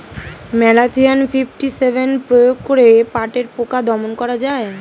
Malathion fifty seven প্রয়োগ করে পাটের পোকা দমন করা যায়?